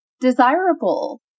desirable